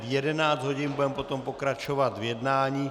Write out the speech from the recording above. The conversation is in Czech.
V 11 hodin budeme potom pokračovat v jednání.